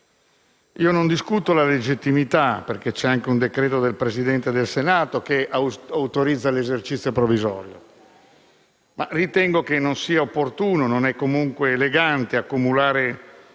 Non ne discuto la legittimità, perché c'è anche un decreto del Presidente del Senato che autorizza l'esercizio provvisorio, ma ritengo che non sia opportuno e non sia comunque elegante accumulare